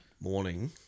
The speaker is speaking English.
morning